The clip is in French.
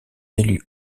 élus